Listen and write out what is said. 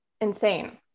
insane